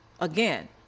Again